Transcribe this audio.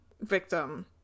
victim